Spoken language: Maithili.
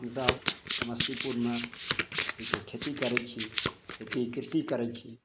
हमसभ समस्तीपुरमे अथीके खेती करै छी खेती कृषि करै छी